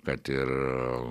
kad ir